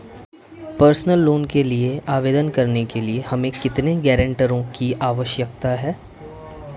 Personal loan के लिए आवेदन करने के लिए हमें कितने गारंटरों की आवश्यकता है?